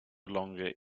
longer